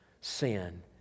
sin